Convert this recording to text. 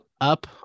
up